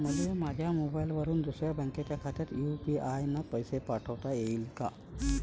मले माह्या मोबाईलवरून दुसऱ्या बँक खात्यात यू.पी.आय न पैसे पाठोता येईन काय?